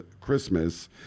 Christmas